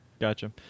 gotcha